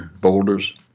boulders